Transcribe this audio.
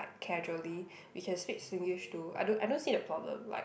like casually we can speak Singlish too I don't I don't see the problem like